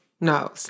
No